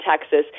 Texas